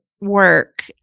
work